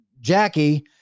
Jackie